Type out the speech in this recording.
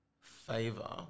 favor